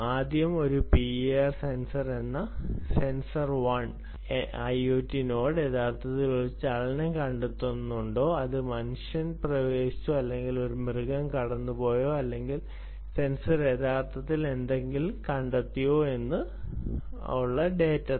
ആദ്യം ഒരു PIR sensor എന്ന സെൻസറുള്ള 1 ഐഒടി നോഡ് യഥാർത്ഥത്തിൽ ഒരു ചലനം കണ്ടെത്തുന്നുണ്ടോ അതായത് ഒരു മനുഷ്യൻ പ്രവേശിച്ചു അല്ലെങ്കിൽ ഒരു മൃഗം കടന്നുപോയോ അല്ലെങ്കിൽ സെൻസർ യഥാർത്ഥത്തിൽ എന്തെങ്കിലും കണ്ടെത്തിയോ എന്നത്